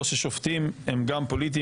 אתה מתייחס